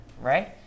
right